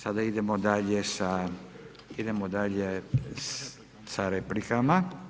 Sada idemo dalje sa, idemo dalje sa replikama.